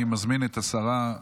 אני מזמין את השרה,